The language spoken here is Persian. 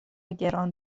گران